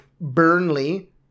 Burnley